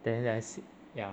then like this ya